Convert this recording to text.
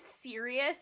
serious